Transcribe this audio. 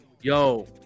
yo